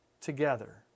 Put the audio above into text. together